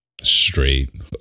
straight